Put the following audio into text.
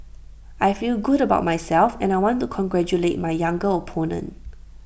I feel good about myself and I want to congratulate my younger opponent